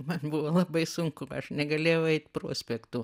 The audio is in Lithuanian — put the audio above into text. man buvo labai sunku aš negalėjau eit prospektu